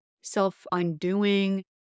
self-undoing